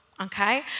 okay